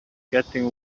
getting